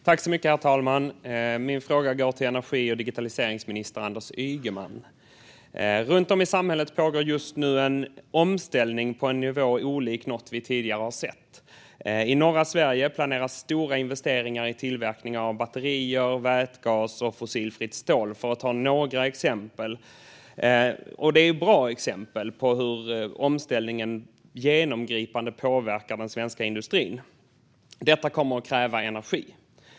Herr talman! Min fråga går till energi och digitaliseringsminister Anders Ygeman. Runt om i samhället pågår just nu en omställning på en nivå olikt något vi tidigare sett. I norra Sverige planeras stora investeringar i exempelvis tillverkning av batterier, vätgas och fossilfritt stål. Det är bra exempel på hur omställningen påverkar den svenska industrin på ett genomgripande sätt. Detta kommer att kräva energi.